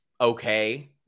okay